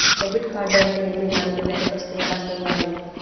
debit card అంటే ఏమి దానికి దరఖాస్తు ఎలా సేయాలి